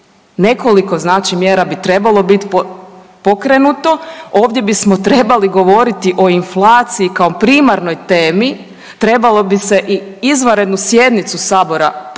Nekoliko znači mjera bi trebalo biti pokrenuto. Ovdje bismo trebali govoriti o inflaciji kao primarnoj temi. Trebalo bi se i izvanrednu sjednicu Sabora po tom